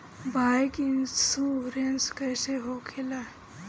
Bike insurance कैसे होखे ला?